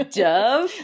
dove